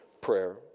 prayer